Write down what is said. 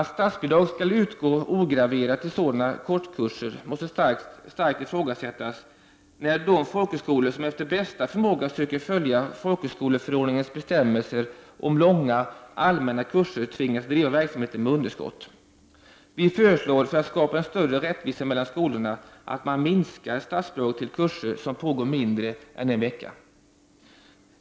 Att statsbidrag skall utgå ograverat till sådana kortkurser måste starkt ifrågasättas, när de folkhögskolor som efter bästa förmåga söker följa folkhögskoleförordningens bestämmelser om långa, allmänna kurser tvingas driva verksamheten med underskott. Vi föreslår, för att skapa en större rättvisa mellan skolorna, att man minskar statsbidraget till kurser som pågår mindre än en vecka.